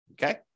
Okay